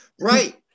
right